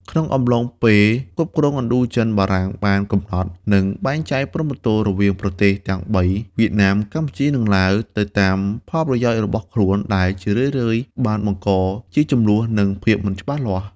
ក្នុងអំឡុងពេលគ្រប់គ្រងឥណ្ឌូចិនបារាំងបានកំណត់ និងបែងចែកព្រំប្រទល់រវាងប្រទេសទាំងបី វៀតណាម កម្ពុជា និងឡាវ ទៅតាមផលប្រយោជន៍របស់ខ្លួន ដែលជារឿយៗបានបង្កជាជម្លោះ និងភាពមិនច្បាស់លាស់។